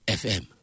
fm